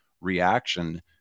reaction